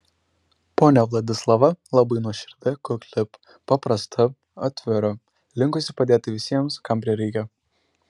ponia vladislava labai nuoširdi kukli paprasta atvira linkusi padėti visiems kam prireikia